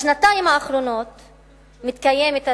בשנתיים האחרונות מתקיימת,